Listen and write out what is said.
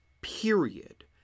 period